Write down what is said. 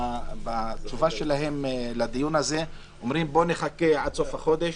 בתשובה שלהם לדיון הזה אומרים: בואו נחכה עד סוף החודש,